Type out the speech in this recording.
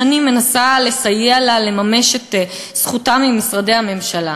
שאני מנסה לסייע לה לממש את זכותה במשרדי הממשלה.